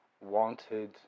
wanted